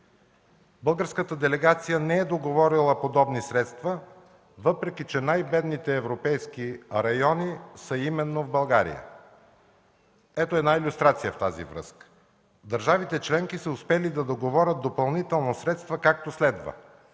Българската делегация не е договорила подобни средства, въпреки че най-бедните европейски райони са именно в България. Ето една илюстрация в тази връзка. Държавите членки са успели да договорят допълнително средства, както следва: